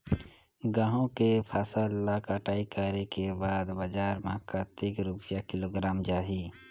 गंहू के फसल ला कटाई करे के बाद बजार मा कतेक रुपिया किलोग्राम जाही?